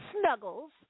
Snuggles